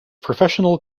professional